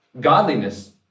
Godliness